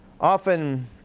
Often